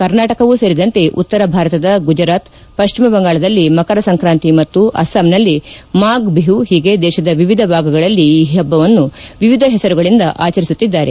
ಕರ್ನಾಟಕವೂ ಸೇರಿದಂತೆ ಉತ್ತರ ಭಾರತದ ಗುಜರಾತ್ ಪಶ್ಚಿಮ ಬಂಗಾಳದಲ್ಲಿ ಮಕರ ಸಂಕ್ರಾಂತಿ ಮತ್ತು ಅಸ್ಪಾಂನಲ್ಲಿ ಮಾಫ್ ಬಿಹು ಹೀಗೆ ದೇಶದ ವಿವಿಧ ಭಾಗಗಳಲ್ಲಿ ಈ ಹಬ್ಬವನ್ನು ವಿವಿಧ ಹೆಸರುಗಳಿಂದ ಆಚರಿಸುತ್ತಿದ್ದಾರೆ